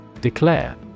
Declare